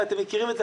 ואתם מכירים את זה.